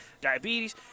diabetes